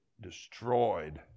destroyed